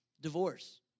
divorce